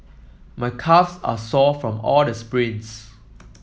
my calve are sore from all the sprints